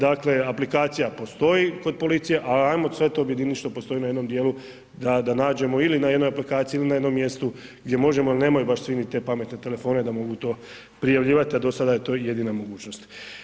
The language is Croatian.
Dakle, aplikacija postoji kod policije, ali ajmo sve to objedinit što postoji na jednom dijelu, da nađemo ili na jednoj aplikaciji ili na jednom mjestu gdje možemo, jer nemaju baš svi ni te pametne telefone da mogu to prijavljivati, a do sada je to jedina mogućnost.